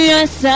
Yes